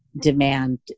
demand